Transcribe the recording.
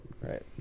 Right